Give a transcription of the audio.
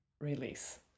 release